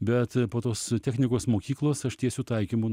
bet po to su technikos mokyklos aš tiesiu taikymu